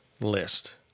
list